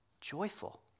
joyful